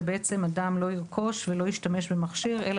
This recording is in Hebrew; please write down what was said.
ובעצם אדם לא ירכוש ולא ישתמש במכשיר אלא